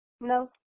no